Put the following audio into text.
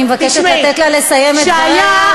אני מבקשת לתת לה לסיים את דבריה,